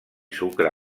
sucre